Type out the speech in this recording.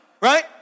Right